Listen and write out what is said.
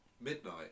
Midnight